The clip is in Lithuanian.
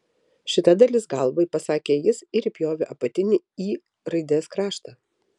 šita dalis galvai pasakė jis ir įpjovė apatinį y raidės kraštą